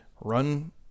run